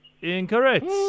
Incorrect